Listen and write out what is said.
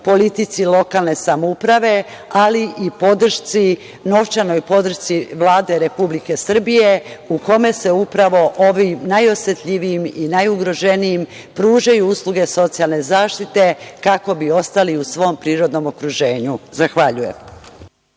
politici lokalne samouprave, ali i novčanoj podršci Vlade Republike Srbije u kome se upravo ovim najosetljivijim i najugroženijim pružaju usluge socijalne zaštite kako bi ostali u svom prirodnom okruženju. Zahvaljujem.